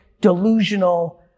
delusional